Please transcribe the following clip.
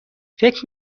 فکر